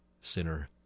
Sinner